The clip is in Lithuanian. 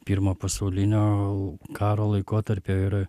pirmo pasaulinio karo laikotarpio ir